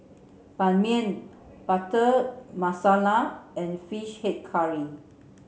Ban Mian Butter Masala and Fish Head Curry